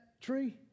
tree